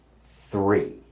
three